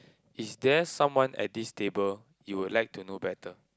is there someone at this table you would like to know better